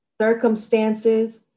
circumstances